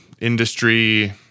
industry